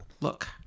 look